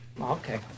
Okay